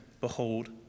Behold